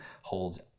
Holds